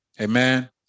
Amen